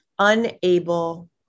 unable